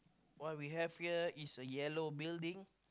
what we have here is a yellow building